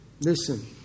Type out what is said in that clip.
listen